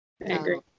agree